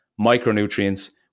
micronutrients